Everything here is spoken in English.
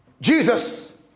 Jesus